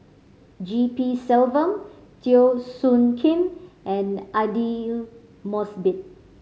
G P Selvam Teo Soon Kim and Aidli Mosbit